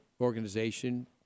organization